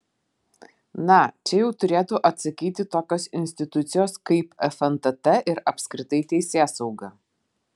na čia jau turėtų atsakyti tokios institucijos kaip fntt ir apskritai teisėsauga